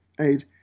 aid